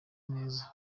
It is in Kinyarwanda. neza